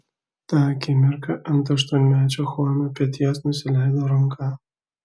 tą akimirką ant aštuonmečio chuano peties nusileido ranka